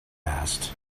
asked